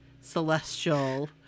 celestial